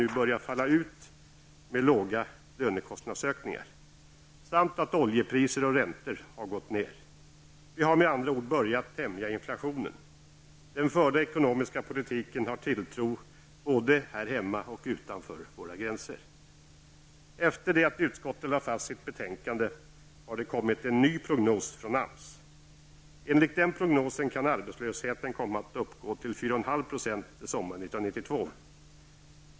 Det handlar alltså om låga lönekostnadsökningar samt om att oljepriser och räntor har gått ner. Vi har med andra ord börjat tämja inflationen! Till den förda ekonomiska politiken har man tilltro både här hemma och utanför våra gränser. Efter det att utskottet lagt fast sitt betänkande har det kommit en ny prognos från AMS. Enligt den prognosen kan arbetslösheten komma att uppgå till 4,5 % sommaren 1992.